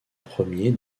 premiers